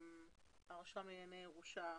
נותן השירות הוא הרשם לענייני ירושה.